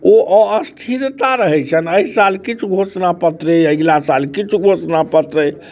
ओ अस्थिरता रहै छनि अइ साल किछु घोषणा पत्र अइ अगिला साल किछु घोषणा पत्र अइ